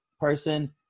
person